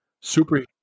Super